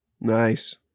Nice